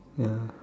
ya